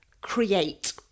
create